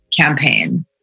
campaign